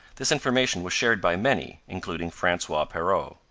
this information was shared by many, including francois perrot.